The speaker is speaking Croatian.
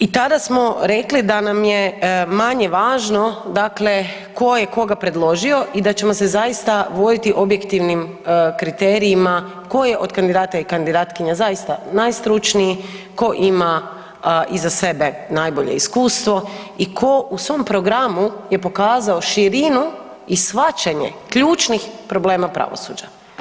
I tada smo rekli da nam je manje važno, dakle tko je koga predložio i da ćemo se zaista voditi objektivnim kriterijima tko je od kandidata i kandidatkinja zaista najstručniji, tko ima iza sebe najbolje iskustvo i tko u svom programu je pokazao širinu i shvaćanje ključnih problema pravosuđa.